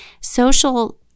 Social